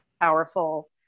powerful